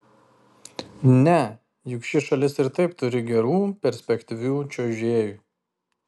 ne juk ši šalis ir taip turi gerų perspektyvių čiuožėjų